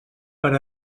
per